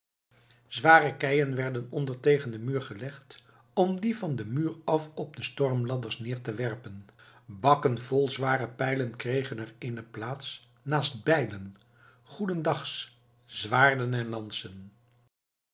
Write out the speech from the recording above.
zware keien werden onder tegen den muur gelegd om die van den muur af op de stormladders neer te werpen bakken vol zware pijlen kregen er eene plaats naast bijlen goedendags zwaarden en